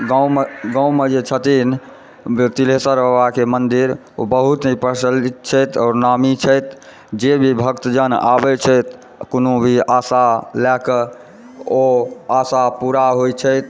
गाममे गाममे जे छथिन तिलेश्वर बाबाके मन्दिर ओ बहुत ही प्रचलित छथि आओर नामी छथि जे भी भक्तजन आबैत छथि कोनो भी आशा लए के ओ आशा पूरा होइत छथि